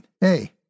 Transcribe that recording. Hey